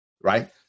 right